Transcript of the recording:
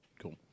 Cool